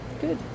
good